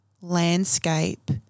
landscape